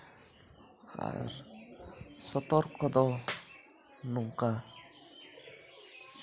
ᱟᱨ ᱥᱚᱛᱚᱨᱠᱚ ᱫᱚ ᱱᱚᱝᱠᱟ